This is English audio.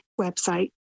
website